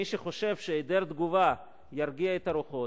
מי שחושב שהיעדר תגובה ירגיע את הרוחות,